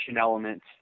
element